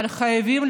אבל חייבים,